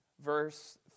Verse